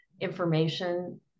information